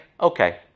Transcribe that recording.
okay